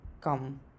come